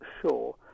sure